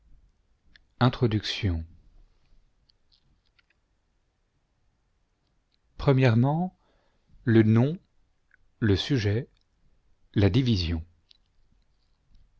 introduction le nom le sujet la division